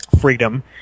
freedom